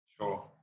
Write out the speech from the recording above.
Sure